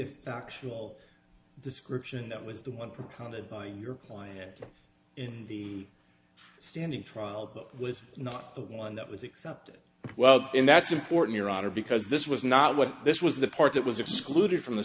factual description that was the one propounded by your client in the standing trial but not the one that was accepted well in that's important your honor because this was not what this was the part that was excluded from the